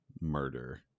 murder